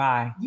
Bye